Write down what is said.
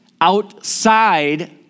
outside